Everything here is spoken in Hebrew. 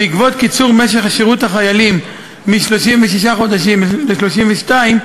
בעקבות קיצור משך שירות החיילים מ-36 חודשים ל-32,